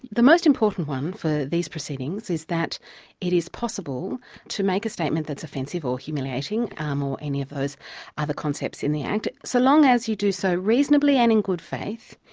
the most important one for these proceedings is that it is possible to make a statement that's offensive, or humiliating um or any of those other concepts in the act, so long as you do so reasonably and in good faith,